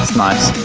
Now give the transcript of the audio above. nice!